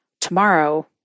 tomorrow